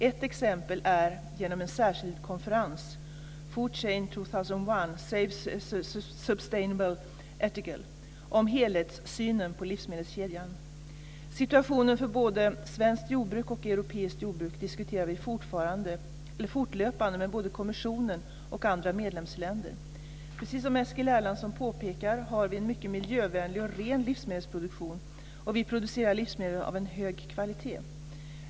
Ett exempel är genom en särskild konferens, Food Chain 2001 - safe, sustainable, ethical, om helhetssynen på livsmedelskedjan. Situationen för både svenskt jordbruk och europeiskt jordbruk diskuterar vi fortlöpande med både kommissionen och andra medlemsländer. Precis som Eskil Erlandsson påpekar har vi en mycket miljövänlig och ren livsmedelsproduktion och vi producerar livsmedel av en hög kvalitet.